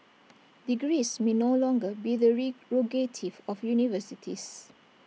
degrees may no longer be the of universities